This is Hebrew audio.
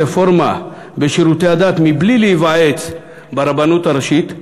רפורמה בשירותי הדת מבלי להיוועץ ברבנות הראשית,